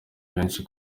benshi